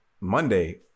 monday